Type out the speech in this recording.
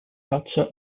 faccia